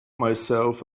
myself